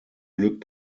glück